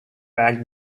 back